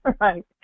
right